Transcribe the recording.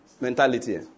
mentality